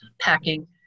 packing